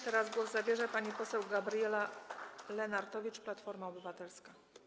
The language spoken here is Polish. Teraz głos zabierze pani poseł Gabriela Lenartowicz, Platforma Obywatelska.